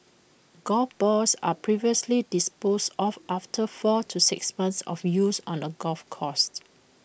golf balls are previously disposed of after four to six months of use on the golf coursed